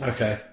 Okay